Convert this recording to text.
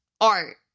art